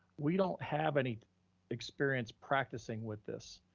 we don't have any experience practicing with this,